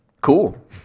Cool